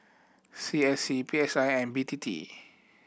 C S C P S I and B T T